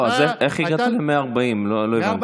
איך הגעת ל-140%, לא הבנתי.